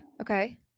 Okay